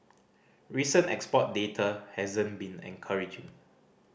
recent export data hasn't been encouraging